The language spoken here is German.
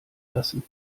lassen